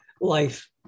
life